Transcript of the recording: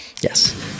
Yes